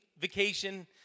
vacation